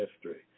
history